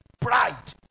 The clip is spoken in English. Pride